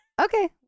Okay